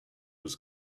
has